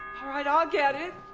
alright, i'll get it!